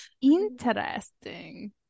Interesting